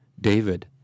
David